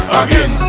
again